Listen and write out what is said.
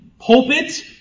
pulpit